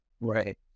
Right